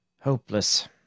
Hopeless